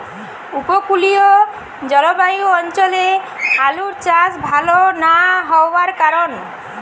উপকূলীয় জলবায়ু অঞ্চলে আলুর চাষ ভাল না হওয়ার কারণ?